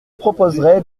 proposerai